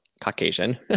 Caucasian